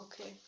okay